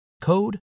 code